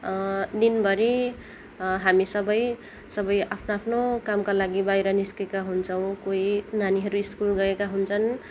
दिनभरि हामी सबै सबै आफ्नो आफ्नो कामको लागि बाहिर निस्केका हुन्छौँ कोही नानीहरू स्कुल गएका हुन्छन्